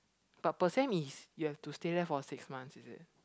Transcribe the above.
but per sem is you have to stay there for six month is it